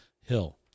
Hill